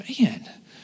man